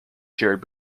shared